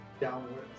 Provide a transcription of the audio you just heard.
downwards